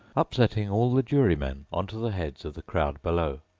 upsetting all the jurymen on to the heads of the crowd below,